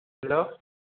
hello